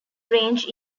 range